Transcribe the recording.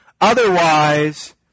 otherwise